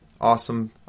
Awesome